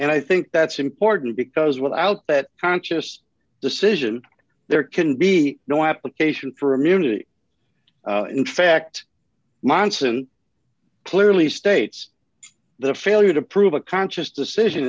and i think that's important because without that conscious decision there can be no application for immunity in fact monson clearly states the failure to prove a conscious decision